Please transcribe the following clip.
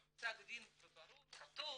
כי זה פסק דין ברור וכתוב,